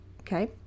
okay